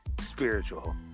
spiritual